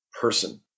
person